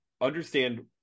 understand